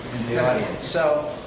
the audience. so,